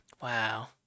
wow